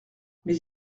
mais